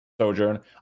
sojourn